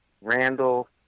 Randall